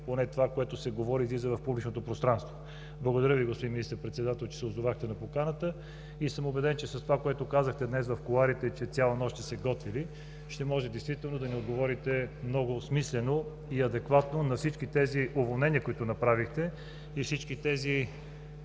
Поне това, което се говори, излиза в публичното пространство. Благодаря Ви, господин Министър-председател, че се отзовахте на поканата и съм убеден, че с това, което казахте в кулоарите, че цяла нощ сте се готвили, ще може действително да ни отговорите много смислено и адекватно за всички тези уволнения, които направихте и всички тези